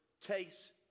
taste